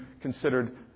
considered